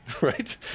right